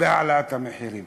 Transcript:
העלאת המחירים.